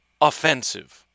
offensive